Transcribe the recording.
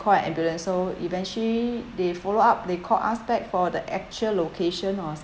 call an ambulance so eventually they follow up they called us back for the actual location or